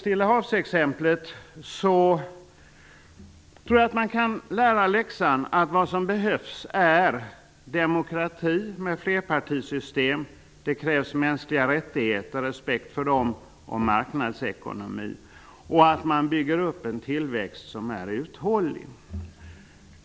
Stilla havs-området kan man lära läxan att vad som behövs är demokrati med flerpartisystem, respekt för mänskliga rättigheter och marknadsekonomi samt en tillväxt som blir uthållig.